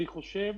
אני חושב